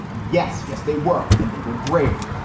yes, yes, they were. and they were brave.